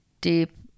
deep